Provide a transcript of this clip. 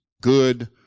good